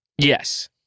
Yes